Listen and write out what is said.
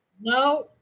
No